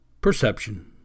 Perception